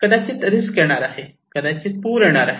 कदाचित रिस्क येणार आहे कदाचित पूर येणार आहे